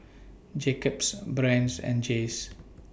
Jacob's Brand's and Jays